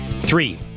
Three